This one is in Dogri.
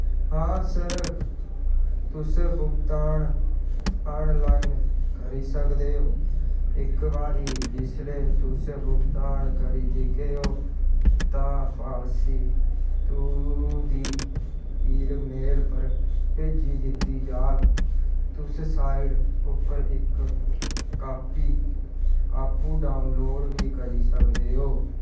हां सर तुस भुगतान आनलाइन करी सकदे ओ इक बारी जिसलै तुस भुगतान करी देगे ओ तां पालसी तुं'दी ईमेल पर भेजी दित्ती जाह्ग तुस साइट उप्परा इक कापी आपूं डाउनलोड बी करी सकदे ओ